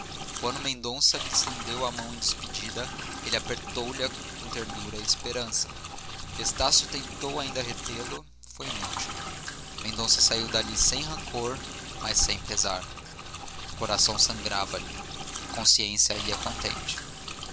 quando mendonça lhe estendeu a mão em despedida ele apertou-lhe com ternura e esperança estácio tentou ainda retê-lo foi inútil mendonça saiu dali sem rancor mas sem pesar o coração sangrava lhe a consciência ia contente